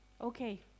Okay